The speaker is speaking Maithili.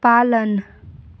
पालन